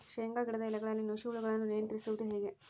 ಶೇಂಗಾ ಗಿಡದ ಎಲೆಗಳಲ್ಲಿ ನುಷಿ ಹುಳುಗಳನ್ನು ನಿಯಂತ್ರಿಸುವುದು ಹೇಗೆ?